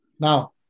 Now